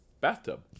bathtub